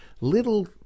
little